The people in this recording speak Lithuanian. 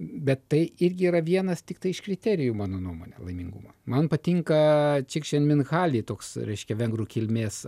bet tai irgi yra vienas tiktai iš kriterijų mano nuomone laimingumo man patinka čikšen minhali toks reiškia vengrų kilmės